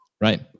Right